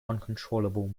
uncontrollable